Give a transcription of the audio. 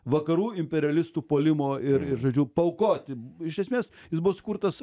vakarų imperialistų puolimo ir ir žodžiu paaukoti iš esmės jis buvo sukurtas